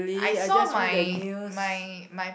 I saw my my my